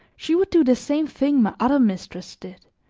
she would do the same thing my other mistress did,